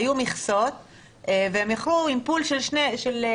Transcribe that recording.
היו מכסות והם יכלו עם פול של איזושהי